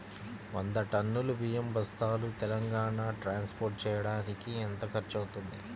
వంద టన్నులు బియ్యం బస్తాలు తెలంగాణ ట్రాస్పోర్ట్ చేయటానికి కి ఎంత ఖర్చు అవుతుంది?